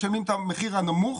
משלמים את המחיר הנמוך.